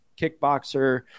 kickboxer